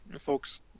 folks